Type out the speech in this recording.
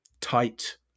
tight